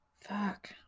Fuck